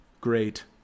great